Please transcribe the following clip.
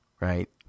Right